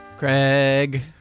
Craig